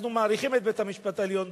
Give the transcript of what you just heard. אנחנו מעריכים את בית-המשפט העליון,